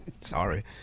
sorry